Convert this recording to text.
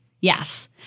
Yes